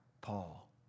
Paul